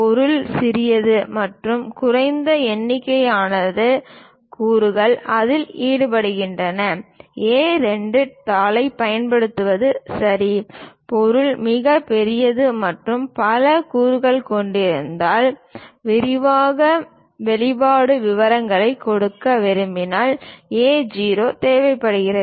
பொருள் சிறியது மற்றும் குறைந்த எண்ணிக்கையிலான கூறுகள் அதில் ஈடுபட்டிருந்தால் A2 தாளைப் பயன்படுத்துவது சரி பொருள் மிகப் பெரியது மற்றும் பல கூறுகளைக் கொண்டிருந்தால் விரிவான வெளிப்பாடு விவரங்களைக் கொடுக்க விரும்பினால் A0 தேவைப்படுகிறது